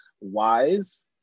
wise